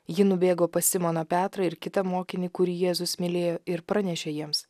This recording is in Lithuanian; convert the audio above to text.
ji nubėgo pas simoną petrą ir kitą mokinį kurį jėzus mylėjo ir pranešė jiems